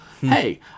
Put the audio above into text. Hey